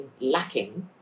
lacking